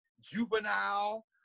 Juvenile